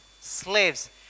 slaves